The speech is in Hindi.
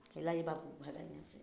हे लाइए बाबू भागा यहाँ से